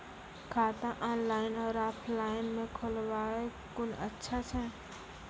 खाता ऑनलाइन और ऑफलाइन म खोलवाय कुन अच्छा छै?